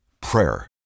Prayer